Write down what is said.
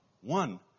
one